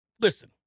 listen